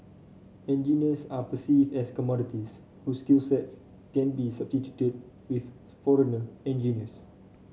engineers are perceived as commodities whose skills sets can be substituted with foreigner engineers